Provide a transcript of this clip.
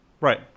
Right